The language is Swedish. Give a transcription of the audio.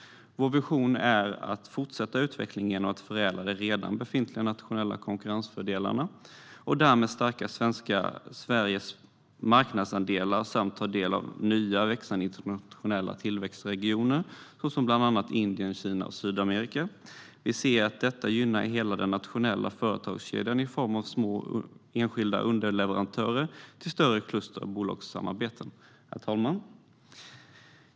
Vår vision är att fortsätta utvecklingen genom att förädla de redan befintliga nationella konkurrensfördelarna och därmed stärka Sveriges marknadsandelar samt att ta del av nya och växande internationella tillväxtregioner såsom bland annat Indien, Kina och Sydamerika. Vi ser att detta gynnar hela den nationella företagskedjan i form av små enskilda underleverantörer till större kluster av bolagssammarbeten. Herr talman!